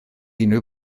unrhyw